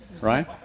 right